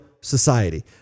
society